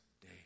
day